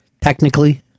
Technically